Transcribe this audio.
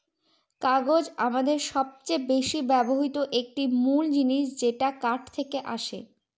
কাগজ আমাদের সবচেয়ে বেশি ব্যবহৃত একটি মূল জিনিস যেটা কাঠ থেকে আসে